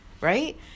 right